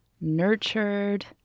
nurtured